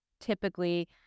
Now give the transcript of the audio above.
typically